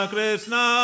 Krishna